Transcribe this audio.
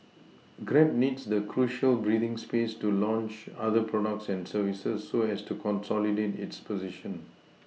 grab needs the crucial breathing space to launch other products and services so as to consolidate its position